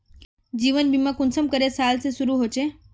जीवन बीमा कुंसम करे साल से शुरू होचए?